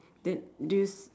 that do's